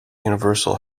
universal